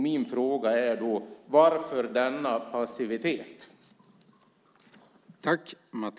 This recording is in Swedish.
Min fråga är: Varför denna passivitet?